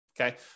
Okay